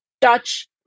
touch